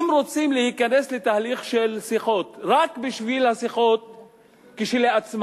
אם רוצים להיכנס לתהליך של שיחות רק בשביל השיחות כשלעצמן,